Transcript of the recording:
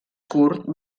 curt